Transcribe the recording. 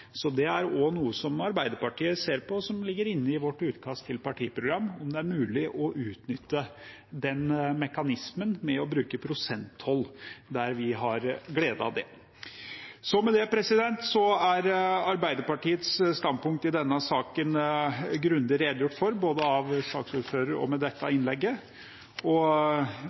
Det er også noe Arbeiderpartiet ser på, og som ligger inne i vårt utkast til partiprogram – om det er mulig å utnytte mekanismen med å bruke prosenttoll der vi har glede av det. Med dette er Arbeiderpartiets standpunkt i denne saken grundig redegjort for, både av saksordføreren og med dette innlegget.